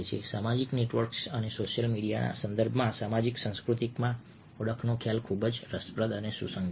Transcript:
સામાજિક નેટવર્ક્સ અને સોશિયલ મીડિયાના સંદર્ભમાં સામાજિક સાંસ્કૃતિકમાં ઓળખનો ખ્યાલ ખૂબ ખૂબ જ રસપ્રદ અને સુસંગત છે